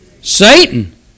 Satan